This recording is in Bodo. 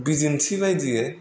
बिदिन्थि बायदियै